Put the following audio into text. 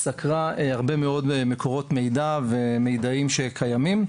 סקרה הרבה מאוד מקורות מידע ומיידעים שקיימים,